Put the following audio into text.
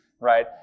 right